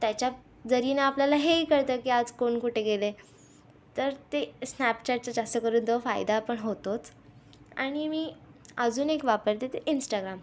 त्याच्या जरीयेनि आपल्याला हेही कळतं कोण कुठे गेलं आहे तर ते स्नॅपचॅटचे जास्तकरून तर फायदा पण होतोच आणि मी अजून एक वापरते ते इंस्टाग्राम